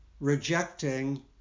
rejecting